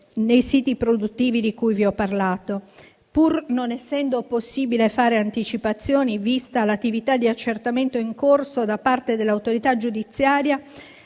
nei siti produttivi di cui vi ho parlato. Pur non essendo possibile fare anticipazioni, vista l'attività di accertamento in corso da parte dell'autorità giudiziaria,